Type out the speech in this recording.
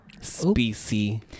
species